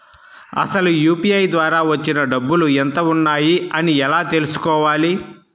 అసలు యూ.పీ.ఐ ద్వార వచ్చిన డబ్బులు ఎంత వున్నాయి అని ఎలా తెలుసుకోవాలి?